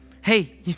Hey